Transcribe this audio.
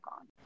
on